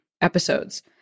episodes